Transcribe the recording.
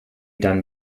done